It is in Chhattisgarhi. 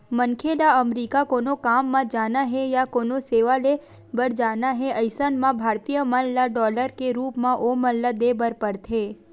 मनखे ल अमरीका कोनो काम म जाना हे या कोनो सेवा ले बर जाना हे अइसन म भारतीय मन ल डॉलर के रुप म ओमन ल देय बर परथे